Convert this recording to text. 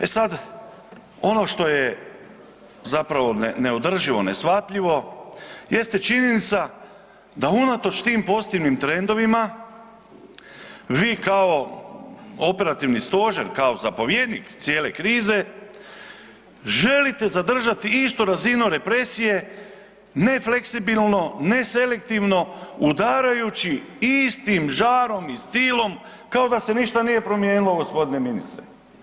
E sad, ono što je zapravo neodrživo, neshvatljivo jeste činjenica da unatoč tim pozitivnim trendovima, vi kao operativni stožer, kao zapovjednik cijele krize, želite zadržati istinu razinu represije nefleksibilno, neselektivno, udarajući istim žarom i stilom kao da se ništa nije promijenilo, g. ministre.